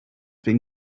been